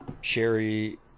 Sherry